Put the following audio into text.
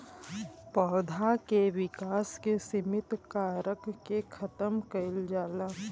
पौधा के विकास के सिमित कारक के खतम कईल जाला